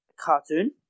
Cartoon